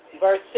verse